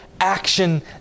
action